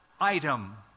item